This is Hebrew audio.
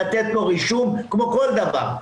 לתת לו רישום כמו כל דבר,